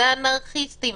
זה אנרכיסטים,